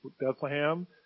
Bethlehem